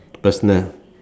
personal